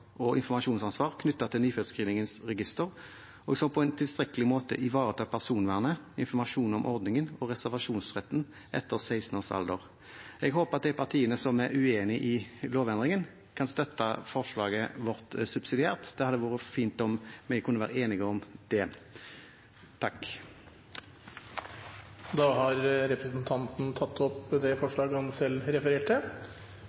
og informasjonsansvar knyttet til nyfødtscreeningens register og som på en tilstrekkelig måte ivaretar personvernet, informasjon om ordningen og reservasjonsretten etter 16 års alder.» Jeg håper at de partiene som er uenig i lovendringen, kan støtte forslaget vårt subsidiært. Det hadde vært fint om vi kunne være enige om det. Representanten Sveinung Stensland har tatt opp det